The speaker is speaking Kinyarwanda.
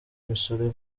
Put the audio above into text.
imisoro